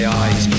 eyes